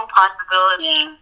possibility